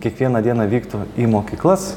kiekvieną dieną vyktų į mokyklas